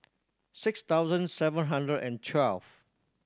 six thousand seven hundred and twelve